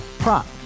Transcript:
Prop